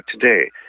today